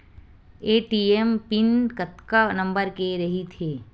ATM PIN कतका number के रही थे?